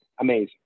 amazing